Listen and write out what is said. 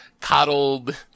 Coddled